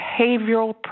behavioral